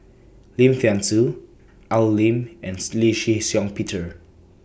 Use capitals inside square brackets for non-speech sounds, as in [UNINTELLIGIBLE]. Lim Thean Soo Al Lim and [UNINTELLIGIBLE] Lee Shih Shiong Peter